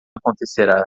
acontecerá